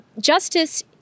Justice